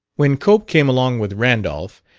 when cope came along with randolph,